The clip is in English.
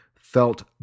felt